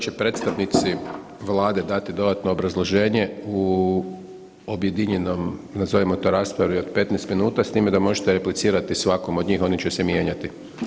Sada će predstavnici Vlade dati dodatno obrazloženje u objedinjenom nazovimo to raspravi od 15 minuta s time da možete reciplirat svakom do njih, oni će se mijenjati.